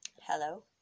Hello